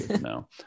No